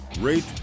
rate